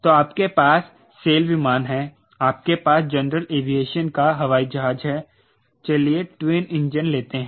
तो आपके पास सैल विमान है आपके पास जनरल एविएशन का हवाई जहाज है चलिए ट्विन इंजन लेते हैं